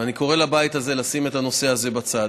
ואני קורא לבית הזה לשים את הנושא הזה בצד,